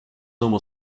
normal